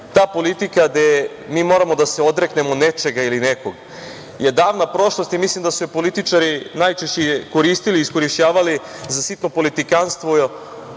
ta politika gde mi moramo da se odreknemo nečega ili nekoga je davana prošlost i mislim da su je političari najčešće koristili, iskorišćavali za sitno politikanstvo